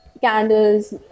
candles